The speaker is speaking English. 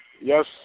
Yes